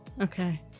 Okay